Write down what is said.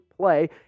play